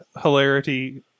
hilarity